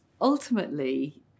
ultimately